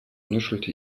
nuschelte